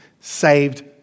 saved